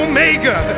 Omega